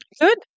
good